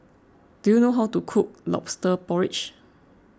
do you know how to cook Lobster Porridge